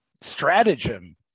stratagem